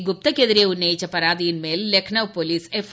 ഗുപ്തയ്ക്കെതിരെ ഉന്നയിച്ച പരാതിയിന്മേൽ Lucknow police F